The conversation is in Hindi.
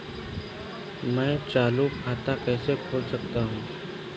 मैं चालू खाता कैसे खोल सकता हूँ?